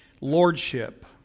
Lordship